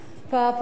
בפוליטיקה